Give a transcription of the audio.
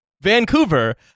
vancouver